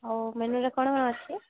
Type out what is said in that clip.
ଆଉ ମେନୁରେ କଣ କଣ ଅଛି